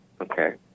Okay